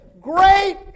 Great